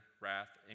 wrath